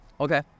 Okay